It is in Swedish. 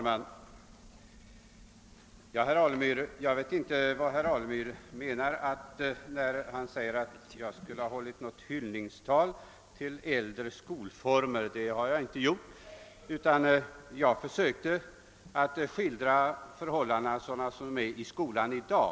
Herr talman! Jag vet inte vad herr Alemyr menade när han sade att jag skulle ha hållit ett hyllningstal till äld re skolformer. Det har jag inte gjort. Jag försökte skildra förhållandena sådana de är i skolan i dag.